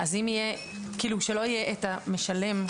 שלא יהיה את המשלם.